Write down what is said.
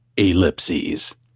ellipses